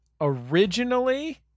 originally